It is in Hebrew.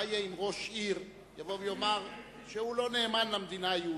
מה יהיה אם ראש עיר יבוא ויאמר שהוא לא נאמן למדינה היהודית?